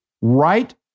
right